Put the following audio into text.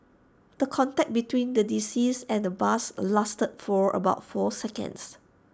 the contact between the deceased and the bus lasted for about four seconds